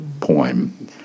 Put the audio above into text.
poem